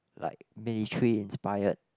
like military inspired